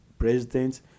President